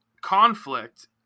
conflict